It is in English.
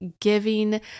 giving